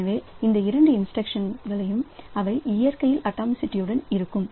எனவே இந்த இரண்டு இன்ஸ்டிரக்ஷன் அவை இயற்கையில் அட்டாமிசிட்டி இருக்கும்